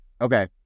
okay